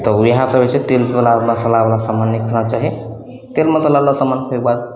तऽ वएहे सभ हइ छै तेलवला मसालावला सामान नहि खाना चाही तेल मसालावला सामान तैके बाद